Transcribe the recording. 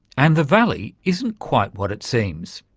and the valley isn't quite what it seems,